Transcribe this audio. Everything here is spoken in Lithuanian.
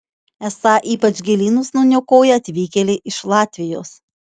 esą ypač gėlynus nuniokoja atvykėliai iš latvijos